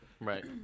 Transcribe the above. Right